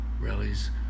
rallies